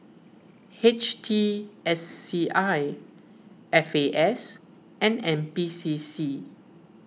H T S C I F A S and N P C C